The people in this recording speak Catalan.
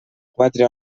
quatre